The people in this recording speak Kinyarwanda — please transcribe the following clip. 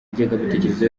ingengabitekerezo